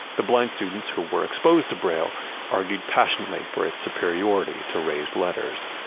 the blind students who were exposed to braille argued passionately for its superiority to raised letters.